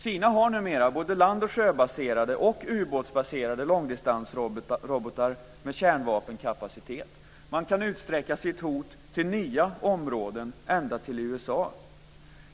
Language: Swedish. Kina har numera både land och sjöbaserade och ubåtsbaserade långdistansrobotar med kärnvapenkapacitet. Man kan utsträcka sitt hot till nya områden, ända till USA.